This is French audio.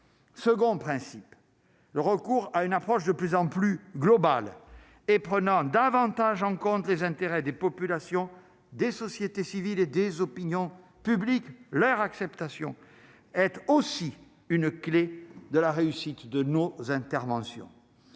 Second principe le recours à une approche de plus en plus globale et prenant davantage en compte les intérêts des populations des sociétés civiles et des opinions publiques leur acceptation être aussi une clé de la réussite de nos interventions,